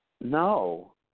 no